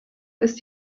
ist